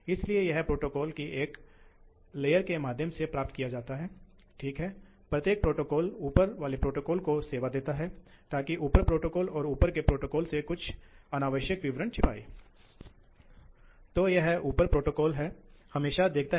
इसलिए जैसे जैसे स्पंज बंद हो रहा है यह वक्र इस तरह से शिफ्ट हो रहा है क्योंकि यह k बढ़ रहा है अब ऊर्जा का क्या हो रहा है एक पंखे में ऊर्जा को वितरित की जा रही ऊर्जा P x Q है